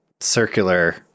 circular